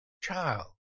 child